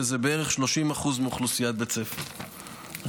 שזה בערך 30% מאוכלוסיית בית הספר,